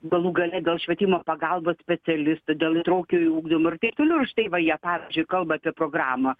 galų gale gal švietimo pagalbos specialistų dėl įtraukiojo ugdymo ir taip toliau ir štai va jie pavyzdžiui kalba apie programą